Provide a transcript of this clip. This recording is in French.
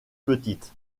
petite